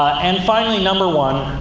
and finally, number one